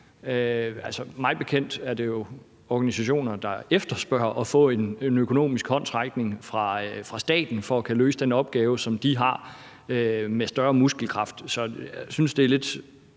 Altså, mig bekendt er det jo organisationer, der efterspørger at få en økonomisk håndsrækning fra staten for at kunne løse den opgave, som de har, med større muskelkraft. Jeg synes, det er lidt